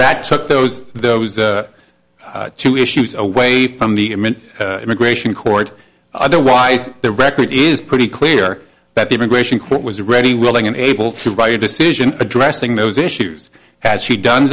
that took those those two issues away from the i'm an immigration court otherwise the record is pretty clear that the immigration court was ready willing and able to write a decision addressing those issues had she done